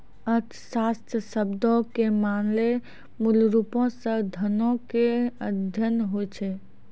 अर्थशास्त्र शब्दो के माने मूलरुपो से धनो के अध्ययन होय छै